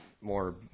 more